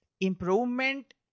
Improvement